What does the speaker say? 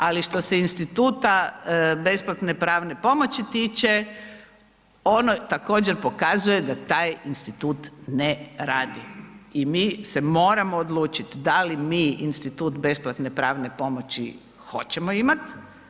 Ali što se instituta besplatne pravne pomoći tiče ono također pokazuje da taj institut ne radi i mi se moramo odlučiti da li mi institut besplatne pravne pomoći hoćemo imati.